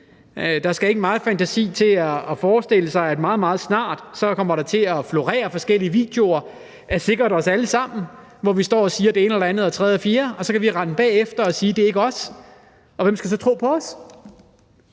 Der skal ikke meget fantasi til at forestille sig, at der meget, meget snart sikkert kommer til at florere forskellige videoer af os alle sammen, hvor vi står og siger det ene eller det andet eller det tredje, og så kan vi rende bagefter og sige, at det ikke er os – og hvem skal så tro på os?